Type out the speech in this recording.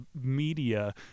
media